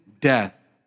death